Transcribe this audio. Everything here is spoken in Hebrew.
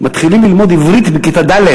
מתחילים ללמוד עברית בכיתה ד',